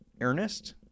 ernest